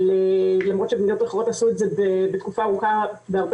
למרות שבמדינות אחרות עשו את זה בתקופה ארוכה בהרבה